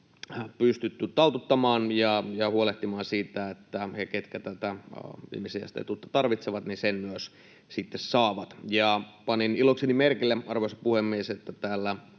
pystytty taltuttamaan ja huolehtimaan siitä, että he, ketkä tätä viimesijaista etuutta tarvitsevat, sen myös saavat. Panin ilokseni merkille, arvoisa puhemies, että täällä